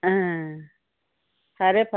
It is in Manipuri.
ꯑ ꯐꯔꯦ ꯐꯔꯦ